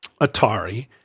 Atari